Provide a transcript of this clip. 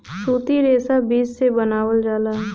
सूती रेशा बीज से बनावल जाला